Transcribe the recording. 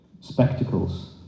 Spectacles